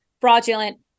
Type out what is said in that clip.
fraudulent